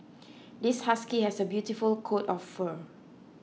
this husky has a beautiful coat of fur